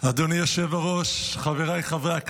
אדוני יושב-הראש, חבריי חברי הכנסת,